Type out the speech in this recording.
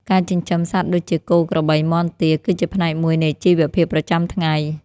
ការចិញ្ចឹមសត្វដូចជា គោ ក្របី មាន់ ទា គឺជាផ្នែកមួយនៃជីវភាពប្រចាំថ្ងៃ។